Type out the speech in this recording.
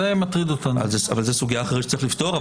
זו סוגיה אחרת שיש לפתור.